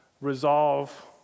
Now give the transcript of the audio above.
resolve